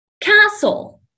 castle